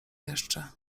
jeszcze